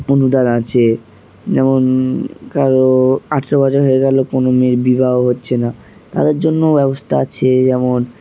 অনুদান আছে যেমন কারো আঠেরো বছর হয়ে গেল কোনো মেয়ের বিবাহ হচ্ছে না তাদের জন্যও ব্যবস্থা আছে যেমন